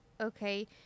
okay